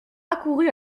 accourut